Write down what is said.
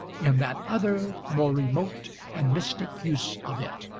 in that other, more remote and mystic, use of it.